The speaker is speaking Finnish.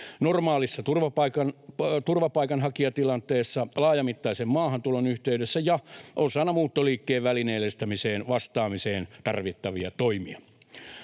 normaalissa turvapaikanhakijatilanteessa, laajamittaisen maahantulon yhteydessä ja osana muuttoliikkeen välineellistämiseen vastaamiseen tarvittavia toimia.